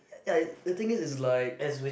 ya the thing is it's like